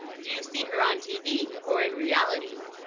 do you see her on tv or in reality